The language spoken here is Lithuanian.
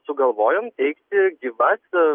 sugalvojom teigti gyvas